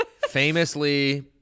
Famously